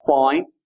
point